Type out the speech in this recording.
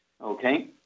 Okay